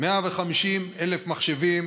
150,000 מחשבים